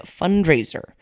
fundraiser